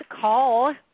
call